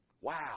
Wow